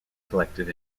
collected